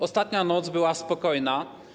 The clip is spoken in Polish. Ostatnia noc była spokojna.